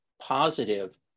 positive